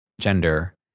gender